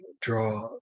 draw